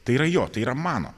tai yra jo tai yra mano